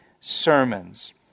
sermons